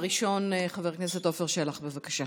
הראשון, חבר הכנסת עפר שלח, בבקשה.